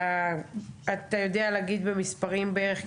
אתה יודע להגיד במספרים בערך,